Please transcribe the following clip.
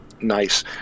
Nice